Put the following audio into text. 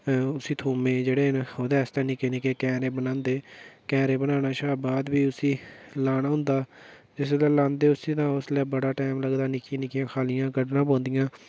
उसी थोमें गी जेह्ड़े न ओह्दे आस्तै निक्के निक्के क्यारे बनांदे क्यारे बनाने कशा बाद प्ही उसी लाना होंदा जिसलै लांदे उसी तां बड़ा टैम लगदा निक्की निक्की खालियां कड्ढना पौंदियां